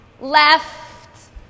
Left